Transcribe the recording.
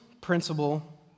principle